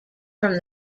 from